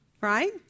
Right